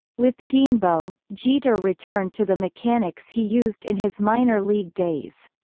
with denbo, jeter returned to the mechanics he used in his minor league days.